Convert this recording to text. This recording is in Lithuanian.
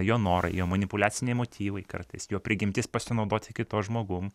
jo norai jo manipuliaciniai motyvai kartais jo prigimtis pasinaudoti kitu žmogum